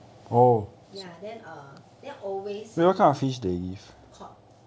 ya then err then always a cod